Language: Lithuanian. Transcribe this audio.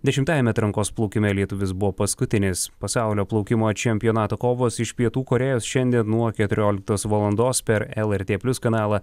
dešimtajame atrankos plaukime lietuvis buvo paskutinis pasaulio plaukimo čempionato kovos iš pietų korėjos šiandien nuo keturioliktos valandos per lrt plius kanalą